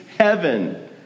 Heaven